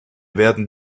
werden